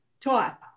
Talk